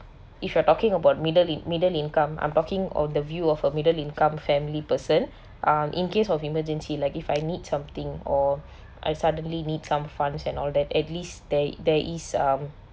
if you are talking about middle in~ middle income I'm talking of the view of a middle income family person um in case of emergency like if I need something or I suddenly need some funds and all that at least there there is um